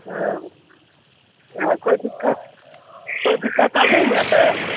हँ यहाँ कोइ दिक्कत कोइ दिक्कत आर नहि ने होयतै